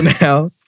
now